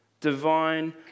divine